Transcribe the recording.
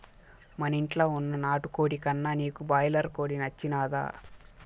మనింట్ల వున్న నాటుకోడి కన్నా నీకు బాయిలర్ కోడి నచ్చినాదా